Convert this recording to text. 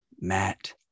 Matt